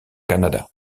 canada